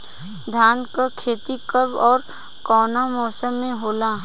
धान क खेती कब ओर कवना मौसम में होला?